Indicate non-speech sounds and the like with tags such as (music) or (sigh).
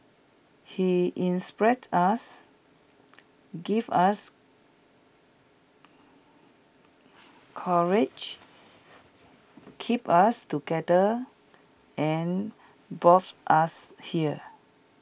he inspired us give us courage keep us together and (unintelligible) us here